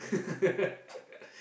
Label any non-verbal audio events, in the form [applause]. [laughs]